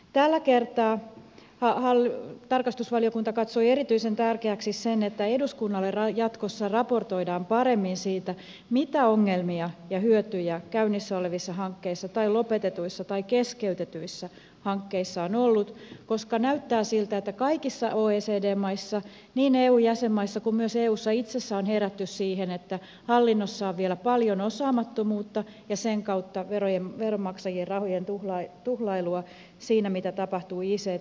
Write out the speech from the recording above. tällä kertaa tarkastusvaliokunta katsoi erityisen tärkeäksi sen että eduskunnalle jatkossa raportoidaan paremmin siitä mitä ongelmia ja hyötyjä käynnissä olevissa hankkeissa tai lopetetuissa tai keskeytetyissä hankkeissa on ollut koska näyttää siltä että kaikissa oecd maissa niin eun jäsenmaissa kuin myös eussa itsessään on herätty siihen että hallinnossa on vielä paljon osaamattomuutta ja sen kautta veronmaksajien rahojen tuhlailua siinä mitä tapahtuu ict maailmassa